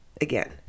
again